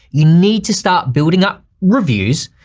you need to start building up reviews.